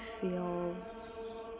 feels